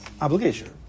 obligation